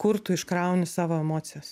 kur tu iškrauni savo emocijas